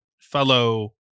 fellow